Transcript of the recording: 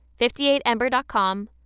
58Ember.com